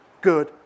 good